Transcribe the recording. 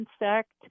insect